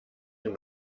dem